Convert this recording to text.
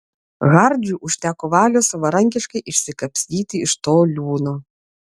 hardžiui užteko valios savarankiškai išsikapstyti iš to liūno